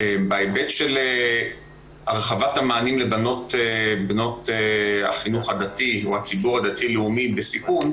בהיבט של הרחבת המענים לבנות החינוך דתי או הציבור הדתי לאומי בסיכון,